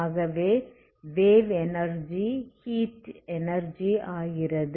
ஆகவே wave energy heat energy ஆகிறது